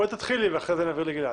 בואי תתחילי ואחרי זה נעביר לגלעד.